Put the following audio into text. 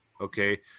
Okay